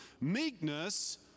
meekness